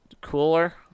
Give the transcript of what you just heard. cooler